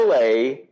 LA